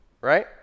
Right